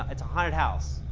it's a haunted house,